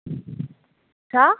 छा